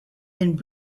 and